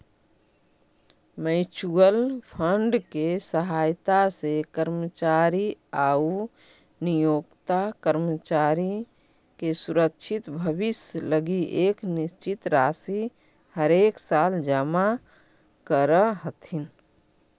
mutual fund के सहायता से कर्मचारी आउ नियोक्ता कर्मचारी के सुरक्षित भविष्य लगी एक निश्चित राशि हरेकसाल जमा करऽ हथिन